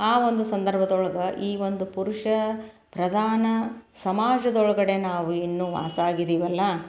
ಆ ಒಂದು ಸಂದರ್ಬದೊಳ್ಗೆ ಈ ಒಂದು ಪುರುಷ ಪ್ರಧಾನ ಸಮಾಜದೊಳಗಡೆ ನಾವು ಇನ್ನೂ ವಾಸ ಆಗಿದ್ದೀವಲ್ಲ